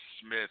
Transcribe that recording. Smith